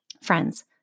Friends